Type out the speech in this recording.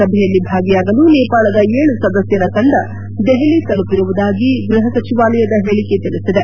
ಸಭೆಯಲ್ಲಿ ಭಾಗಿಯಾಗಲು ನೇಪಾಳದ ಏಳು ಸದಸ್ನರ ತಂಡ ದೆಹಲಿ ತಲುಪಿರುವುದಾಗಿ ಗ್ರಹ ಸಚಿವಾಲಯದ ಹೇಳಕೆ ತಿಳಿಸಿದೆ